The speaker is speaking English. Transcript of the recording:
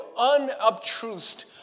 unobtrused